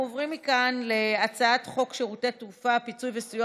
אנחנו עוברים מכאן להצעת חוק שירותי תעופה (פיצוי וסיוע